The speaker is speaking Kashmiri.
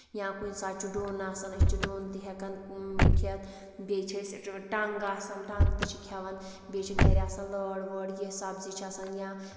یا کُنہِ ساتہٕ چھُ ڈوٗن آسان أسۍ چھِ ڈوٗن تہِ ہٮ۪کان کھٮ۪تھ بیٚیہِ چھِ أسۍ ٹنٛگ آسان ٹنٛگ تہِ چھِ کھٮ۪وان بیٚیہِ چھِ گرِ آسان لٲر وٲر یہِ سَبزی چھِ آسان یا